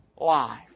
life